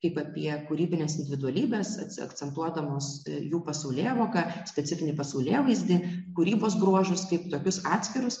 kaip apie kūrybines individualybes akcentuodamos jų pasaulėvoką specifinį pasaulėvaizdį kūrybos bruožus kaip tokius atskirus